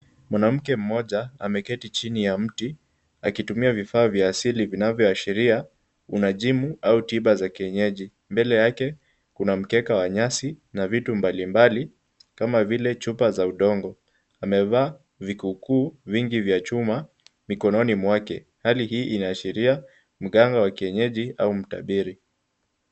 Mwanamke mmoja ameketi chini ya mti akitumia vifaa vya asili vinavyoashiria unajimu au tiba za kienyeji. Mbele yake kuna mkeka wa nyasi na vitu mbalimbali kama vile chupa za udongo. Amevaa vikukuu vingi vya chuma mikononi mwake. Hali hii inaashiria mganga wa kienyeji au mtabiri.